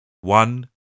one